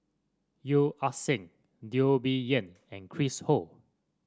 Yeo Ah Seng Teo Bee Yen and Chris Ho